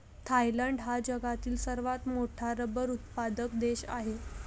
Thailand हा जगातील सर्वात मोठा रबर उत्पादक देश आहे